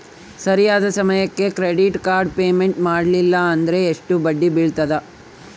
ಸರಿಯಾದ ಸಮಯಕ್ಕೆ credit card payment ಮಾಡಲಿಲ್ಲ ಅಂದ್ರೆ ಎಷ್ಟು ಬಡ್ಡಿ ಬೇಳ್ತದ?